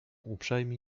uprzejmi